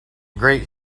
great